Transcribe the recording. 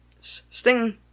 Sting